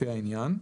לפי העניין".